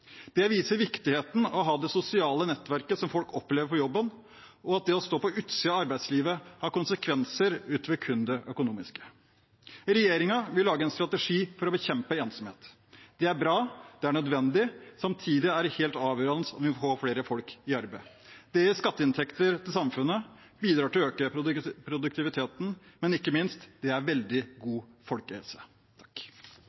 Det viser viktigheten av å ha det sosiale nettverket som folk opplever på jobben, og at det å stå på utsiden av arbeidslivet har konsekvenser utover kun det økonomiske. Regjeringen vil lage en strategi for å bekjempe ensomhet. Det er bra, og det er nødvendig. Samtidig er det helt avgjørende å få flere folk i arbeid. Det gir skatteinntekter til samfunnet og bidrar til å øke produktiviteten. Men ikke minst: Det er veldig